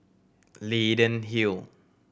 Leyden Hill